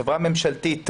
חברה ממשלתית,